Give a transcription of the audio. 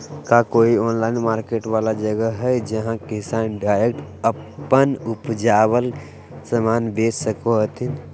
का कोई online market वाला जगह हइ जहां किसान डायरेक्ट अप्पन उपजावल समान बेच सको हथीन?